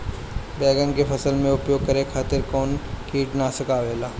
बैंगन के फसल में उपयोग करे खातिर कउन कीटनाशक आवेला?